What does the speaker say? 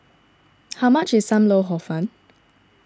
how much is Sam Lau Hor Fun